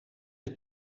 het